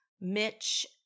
Mitch